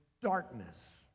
darkness